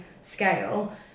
scale